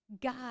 God